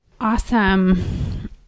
Awesome